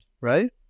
right